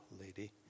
lady